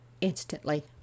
instantly